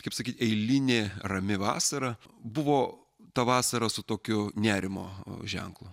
kaip sakyt eilinė rami vasara buvo ta vasara su tokiu nerimo ženklu